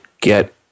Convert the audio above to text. get